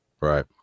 Right